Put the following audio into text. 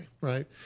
right